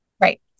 Right